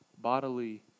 bodily